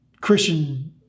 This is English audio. Christian